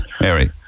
Mary